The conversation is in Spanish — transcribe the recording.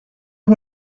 voy